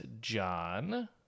John